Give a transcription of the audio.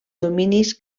dominis